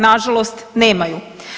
Nažalost nemaju.